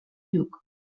lluc